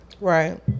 right